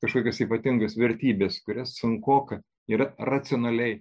kažkokios ypatingos vertybės kurias sunkoka yra racionaliai